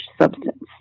substance